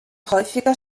häufiger